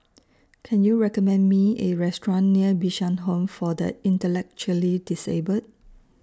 Can YOU recommend Me A Restaurant near Bishan Home For The Intellectually Disabled